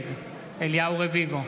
נגד אליהו רביבו,